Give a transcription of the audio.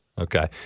Okay